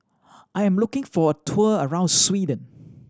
I'm looking for a tour around Sweden